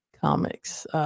comics